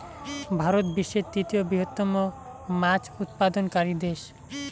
ভারত বিশ্বের তৃতীয় বৃহত্তম মাছ উৎপাদনকারী দেশ